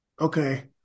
Okay